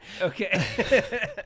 Okay